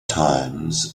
times